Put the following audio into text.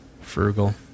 Frugal